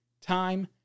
time